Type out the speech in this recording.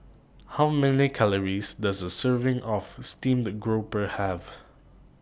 How Many Calories Does A Serving of Steamed Grouper Have